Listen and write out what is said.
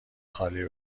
خالی